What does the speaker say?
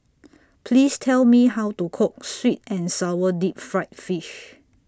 Please Tell Me How to Cook Sweet and Sour Deep Fried Fish